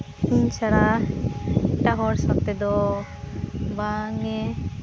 ᱤᱧ ᱪᱷᱟᱲᱟ ᱮᱴᱟᱜ ᱦᱚᱲ ᱥᱟᱶᱛᱮ ᱫᱚ ᱵᱟᱝ ᱮ